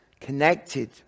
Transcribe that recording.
connected